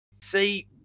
See